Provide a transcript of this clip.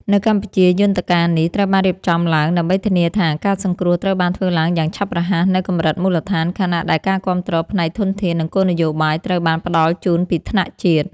នៅកម្ពុជា យន្តការនេះត្រូវបានរៀបចំឡើងដើម្បីធានាថា ការសង្គ្រោះត្រូវបានធ្វើឡើងយ៉ាងឆាប់រហ័សនៅកម្រិតមូលដ្ឋាន ខណៈដែលការគាំទ្រផ្នែកធនធាន និងគោលនយោបាយត្រូវបានផ្ដល់ជូនពីថ្នាក់ជាតិ។